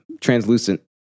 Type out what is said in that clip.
Translucent